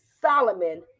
Solomon